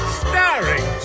starring